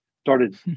started